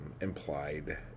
implied